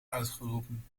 uitgeroepen